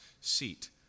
seat